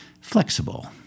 flexible